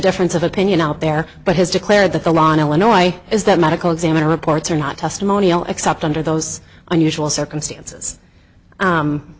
difference of opinion out there but has declared that the law in illinois is that medical examiner reports are not testimonial except under those unusual circumstances